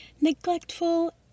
Neglectful